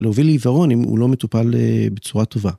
להוביל לעיוורון אם הוא לא מטופל בצורה טובה.